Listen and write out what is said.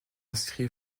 inscrit